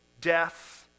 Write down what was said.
death